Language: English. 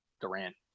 Durant